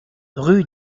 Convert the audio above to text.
rue